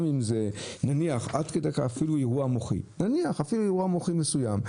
עבר נניח אפילו אירוע מוחי מסוים,